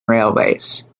railways